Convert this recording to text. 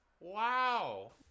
Wow